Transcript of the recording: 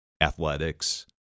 athletics